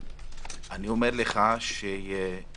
אף